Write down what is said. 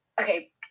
okay